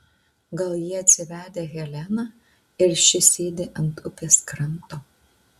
gal jie atsivedę heleną ir ši sėdi ant upės kranto